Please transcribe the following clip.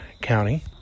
County